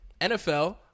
NFL